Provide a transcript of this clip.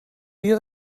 dia